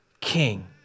king